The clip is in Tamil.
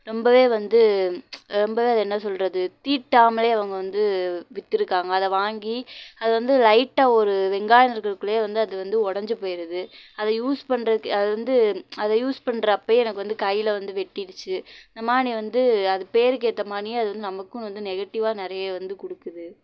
ரொம்பவே வந்து ரொம்பவே அது என்ன சொல்கிறது தீட்டாமலே அவங்க வந்து வித்திருக்காங்க அதை வாங்கி அதை வந்து லைட்டாக ஒரு வெங்காயம் நறுக்கிறதுக்குள்ளே வந்து அது வந்து உடஞ்சி போயிடுது அதை யூஸ் பண்ணுறதுக்கு அத வந்து அதை யூஸ் பண்ணுற அப்பவே எனக்கு வந்து கையில வந்து வெட்டிடுச்சு இந்தமாரி வந்து அது பேருக்கேத்தமாரியே அது வந்து நமக்கும் வந்து நெகட்டிவாக நிறைய வந்து கொடுக்குது